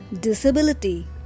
Disability